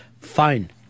Fine